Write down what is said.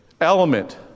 element